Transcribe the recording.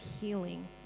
healing